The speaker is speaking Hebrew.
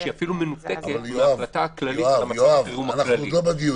שהיא אפילו מנותקת מההחלטה הכללית במצב החירום הכללי.